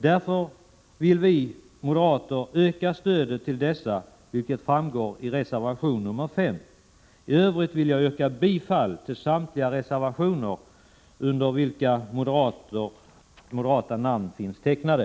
Därför vill vi moderater öka stödet till dessa, vilket framgår i reservation 5. I övrigt vill jag yrka bifall till samtliga reservationer under vilka moderata namn finns tecknade.